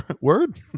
Word